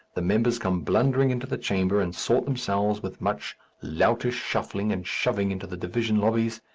the members come blundering into the chamber and sort themselves with much loutish shuffling and shoving into the division lobbies.